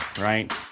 right